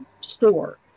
store